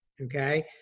okay